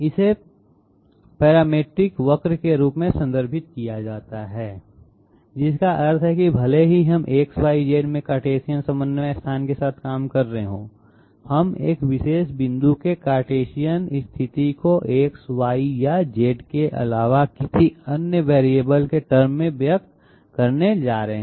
इसे पैरामीट्रिक वक्र के रूप में संदर्भित किया जाता है जिसका अर्थ है कि भले ही हम X Y Z में कार्टेशियन समन्वय स्थान के साथ काम कर रहे हों हम एक विशेष बिंदु के कार्टेशियन स्थिति को x y या z के अलावा किसी अन्य वेरिएबल के टर्म में व्यक्त करने जा रहे हैं